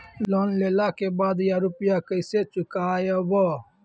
Loan लेला के बाद या रुपिया केसे चुकायाबो?